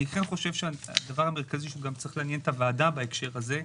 אני כן חושב שהדבר המרכזי שצריך לעניין את גם את הוועדה בהקשר הזה,